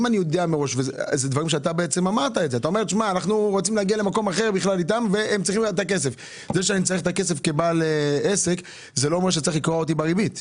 זה שאני כבעל עסק צריך את הכסף לא אומר שצריך לקרוע אותי בריבית.